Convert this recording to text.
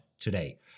today